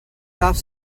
darf